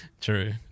true